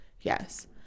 Yes